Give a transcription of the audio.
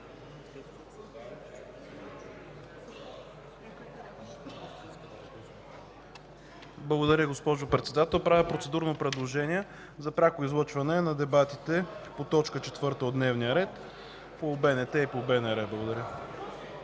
Благодаря, госпожо Председател. Правя процедурно предложение за пряко излъчване на дебатите по точка четвърта от програмата по БНТ и БНР. Благодаря.